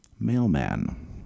mailman